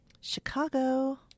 Chicago